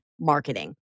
marketing